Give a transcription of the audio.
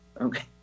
Okay